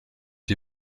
die